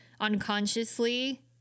unconsciously